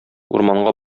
урманга